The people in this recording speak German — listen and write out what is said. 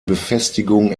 befestigung